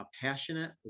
passionate